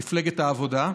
מפלגת העבודה.